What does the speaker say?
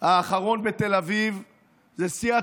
האחרון בתל אביב זה שיא הצביעות.